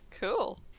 Cool